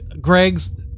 Greg's